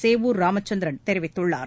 சேவூர் ராமச்சந்திரன் தெரிவித்துள்ளார்